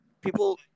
people